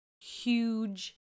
huge